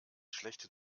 schlechte